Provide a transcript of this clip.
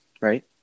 right